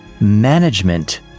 management